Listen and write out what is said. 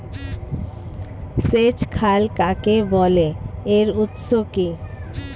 সেচ খাল কাকে বলে এর উৎস কি?